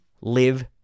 Live